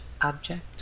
object